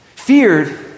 Feared